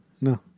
No